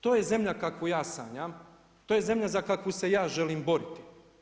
To je zemlja kakvu ja sanjam, to je zemlja za kakvu se ja želim boriti.